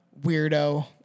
weirdo